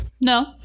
No